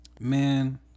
Man